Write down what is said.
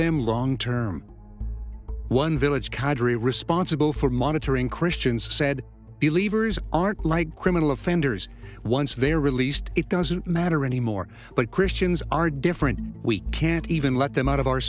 them long term one village cadre responsible for monitoring christians said are like criminal offenders once they're released it doesn't matter anymore but christians are different we can't even let them out of our